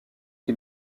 qui